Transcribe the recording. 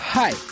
Hi